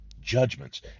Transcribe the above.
judgments